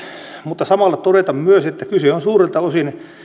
mutta samalla todeta myös että kyse on suurelta osin